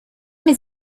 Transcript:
mes